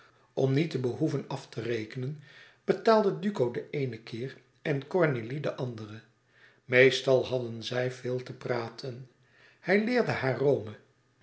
om niet te behoeven af te rekenen betaalde duco den eenen keer en cornélie den anderen meestal hadden zij veel te praten hij leerde haar rome